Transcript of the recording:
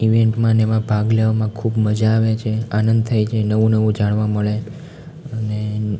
ઈવેન્ટમાંને એમાં ભાગ લેવામાં ખૂબ મજા આવે છે આનંદ થાય છે નવું નવું જાણવા મળે અને